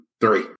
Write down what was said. three